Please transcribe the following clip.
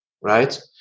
right